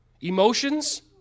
emotions